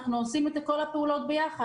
אנחנו עושים את כל הפעולות ביחד.